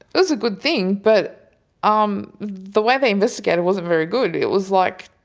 it was a good thing but um the way they investigated wasn't very good. it was like,